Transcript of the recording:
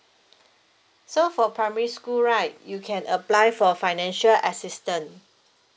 so for primary school right you can apply for financial assistance